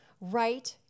right